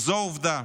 זו עובדה.